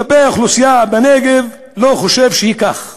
כלפי האוכלוסייה בנגב לא חושב שהיא כך,